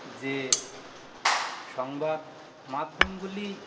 যে সংবাদ মাধ্যমগুলি